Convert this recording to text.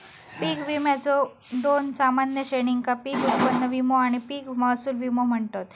पीक विम्याच्यो दोन सामान्य श्रेणींका पीक उत्पन्न विमो आणि पीक महसूल विमो म्हणतत